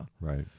Right